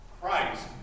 Christ